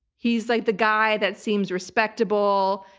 he's like the guy that seems respectable.